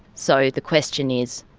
so the question is,